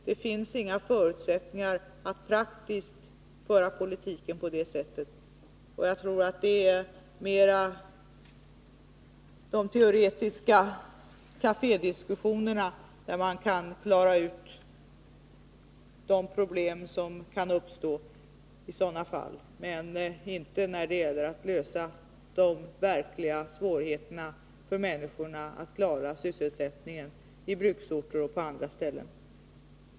Det finns inga förutsättningar att praktiskt föra politiken på det sättet. Jag tror att det snarare är i de teoretiska kafédiskussionerna som man kan klara ut alla problem. Det går inte att arbeta på det sättet när det gäller att klara svårigheterna för människorna och lösa sysselsättningsproblemen i bruksorter och på andra ställen.